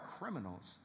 criminals